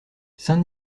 saint